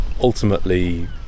ultimately